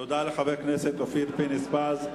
תודה לחבר הכנסת אופיר פינס-פז.